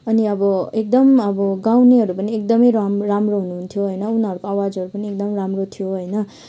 अनि अब एकदम अब गाउनेहरू पनि एकदमै राम राम्रो हुनुहुन्थ्यो होइन उनीहरूको आवाजहरू पनि एकदम राम्रो थियो होइन